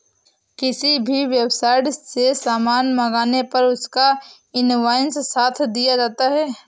किसी भी वेबसाईट से सामान मंगाने पर उसका इन्वॉइस साथ दिया जाता है